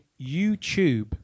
YouTube